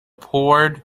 poured